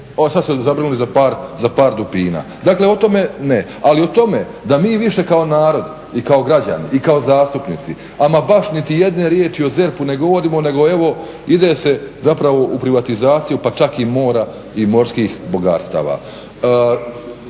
sada se zabrinuli za par dupina. Dakle o tome ne. Ali o tome da mi više kao narod i kao građani i kao zastupnici ama baš niti jedne riječi o ZERP-u ne govorimo nego ide se u privatizaciju pa čak i mora i morskih bogatstava.